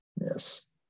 yes